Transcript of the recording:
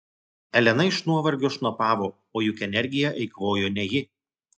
elena iš nuovargio šnopavo o juk energiją eikvojo ne ji